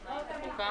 12:41.